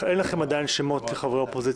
אני מבין שאין לכם עדיין שמות של חברי אופוזיציה,